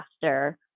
faster